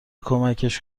کمکش